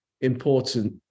important